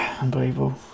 Unbelievable